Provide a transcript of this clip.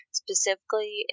specifically